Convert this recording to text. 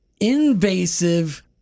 invasive